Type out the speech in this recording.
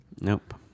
Nope